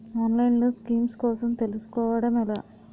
ఆన్లైన్లో స్కీమ్స్ కోసం తెలుసుకోవడం ఎలా?